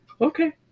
Okay